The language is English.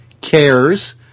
CARES